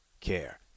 care